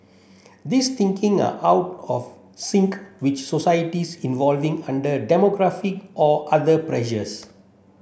these thinking are out of sync which societies evolving under demographic or other pressures